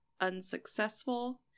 unsuccessful